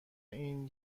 این